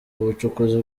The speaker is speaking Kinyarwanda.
ubucukuzi